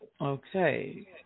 Okay